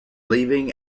leaving